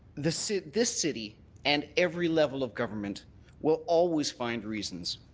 this city this city and every level of government will always find reasons,